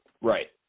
right